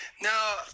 No